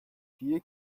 few